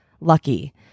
lucky